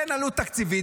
אין עלות תקציבית,